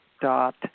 dot